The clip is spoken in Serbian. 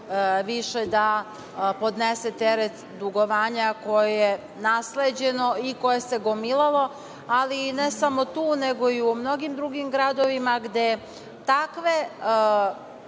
više da podnese teret dugovanja koje je nasleđeno i koje se gomilalo, ali i ne samo tu, nego i u mnogim drugim gradovima gde takve,